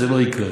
זה לא יקרה.